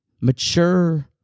mature